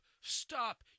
stop